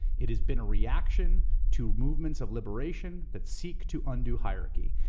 it has been a reaction to movements of liberation that seek to undo hierarchy.